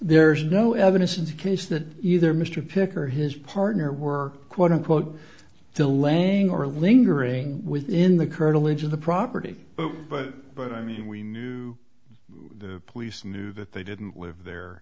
there is no evidence in the case that either mr pic or his partner were quote unquote delaying or lingering within the curtilage of the property but but i mean we knew the police knew that they didn't live there